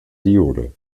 diode